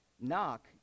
Knock